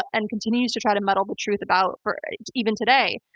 and continues to try to muddle the truth about even today.